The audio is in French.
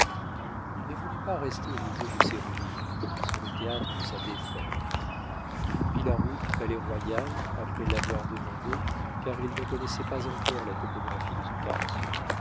il ne voulut pas rester au milieu de ses ruines et sur le théâtre de sa défaite il prit la route du palais-royal après l'avoir demandée car il ne connaissait pas encore la topographie de son quartier